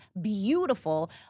beautiful